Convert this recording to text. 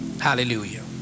Hallelujah